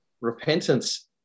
repentance